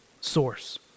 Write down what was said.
source